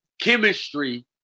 chemistry